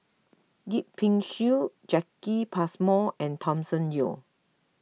Yip Pin Xiu Jacki Passmore and Thomas Yeo